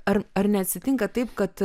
ar ar neatsitinka taip kad